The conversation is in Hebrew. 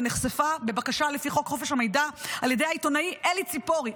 ונחשפה בבקשה לפי חוק חופש המידע על ידי העיתונאי אלי ציפורי.